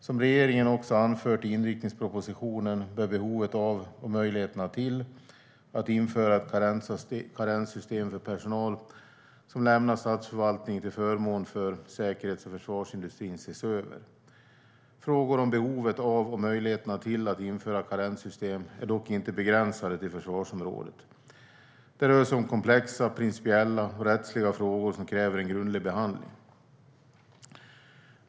Som regeringen också anfört i inriktningspropositionen bör behovet av och möjligheterna till att införa ett karenssystem för personal som lämnar statsförvaltningen till förmån för säkerhets och försvarsindustrin ses över. Frågor om behovet av och möjligheterna till att införa karenssystem är dock inte begränsade till försvarsområdet. Det rör sig om komplexa principiella och rättsliga frågor som kräver en grundlig behandling.